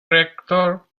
rector